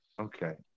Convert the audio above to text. okay